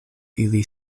ili